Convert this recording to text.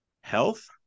Health